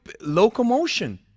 locomotion